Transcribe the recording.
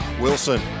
Wilson